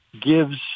gives